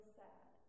sad